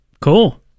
Cool